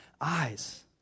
eyes